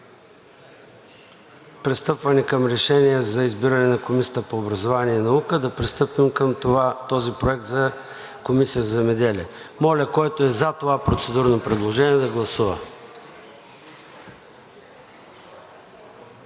пристъпване към Решение за избиране на Комисията по образованието и науката, да пристъпим към този проект за Комисията по земеделието, храните и горите. Моля, който е за това процедурно предложение, да гласува.